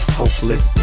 hopeless